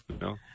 No